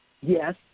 Yes